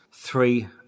three